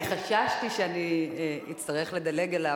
אני חששתי שאני אצטרך לדלג עליו,